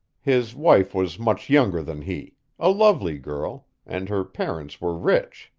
his wife was much younger than he a lovely girl, and her parents were rich.